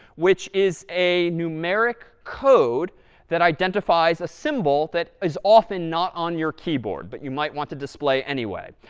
which is a numeric code that identifies a symbol that is often not on your keyboard but you might want to display anyway.